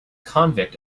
convict